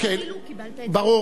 ברור.